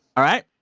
all right?